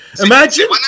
imagine